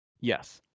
Yes